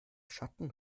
schatten